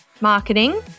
marketing